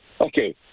okay